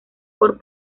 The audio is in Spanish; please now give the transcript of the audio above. por